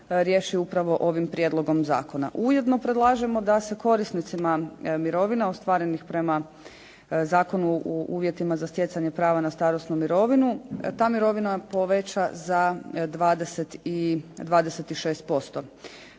riješi upravo ovim prijedlogom zakona. Ujedno predlažemo da se korisnicima mirovina ostvarenih prema zakonu u uvjetima za stjecanje prava na starosnu mirovinu ta mirovina poveća za 26%.